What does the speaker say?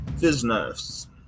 Business